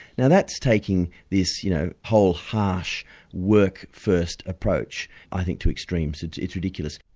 now that's taking this you know whole harsh work first approach i think to extremes it's it's ridiculous.